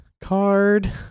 card